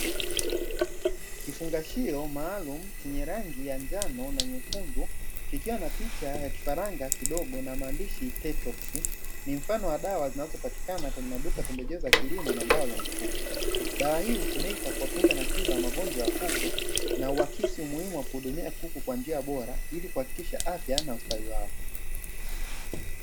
Kifungashio maalumu chenye rangi ya njano na nyekundu kikiwa na picha ya kifaranga kidogo na maandishi "tetroxy", ni mfano wa dawa zinazopatikana kwenye maduka ya pembejeo za kilimo na dawa za mifugo, dawa hii hutumika kuwakinga na tiba magonjwa ya kuku na huakisi umuhimu wa kuhudumia kuku kwa njia bora, ili kuhakikisha afya na ustawi wao.